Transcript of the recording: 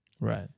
Right